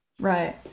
Right